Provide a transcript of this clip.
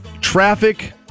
traffic